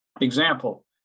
Example